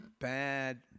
bad